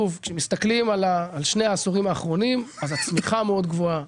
אם מסתכלים על שני העשורים האחרונים רואים שהצמיחה מאוד גבוהה,